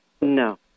No